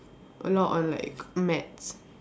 a lot on like maths